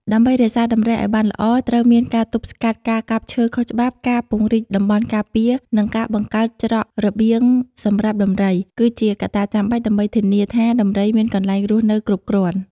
ដើម្បីរក្សាដំរីឲ្យបានល្អត្រូវមានការទប់ស្កាត់ការកាប់ឈើខុសច្បាប់ ការពង្រីកតំបន់ការពារ និងការបង្កើតច្រករបៀងសម្រាប់ដំរី គឺជាកត្តាចាំបាច់ដើម្បីធានាថាដំរីមានកន្លែងរស់នៅគ្រប់គ្រាន់។